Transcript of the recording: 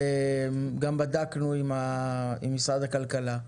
גם בדקנו עם משרד הכלכלה.